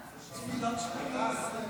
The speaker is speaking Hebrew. ההצעה שלפנינו באה במטרה לאזן בין השיקולים העסקיים